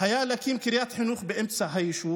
היה צריך להקים את קריית החינוך באמצע היישוב.